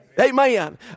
Amen